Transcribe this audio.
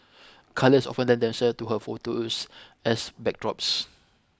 colours often lend themselves to her photos as backdrops